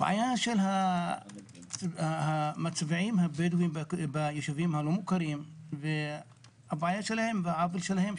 הבעיה של המצביעים הבדואים ביישובים הלא מוכרים והעוול שלהם,